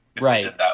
Right